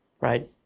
right